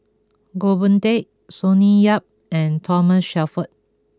Goh Boon Teck Sonny Yap and Thomas Shelford